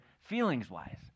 feelings-wise